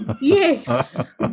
Yes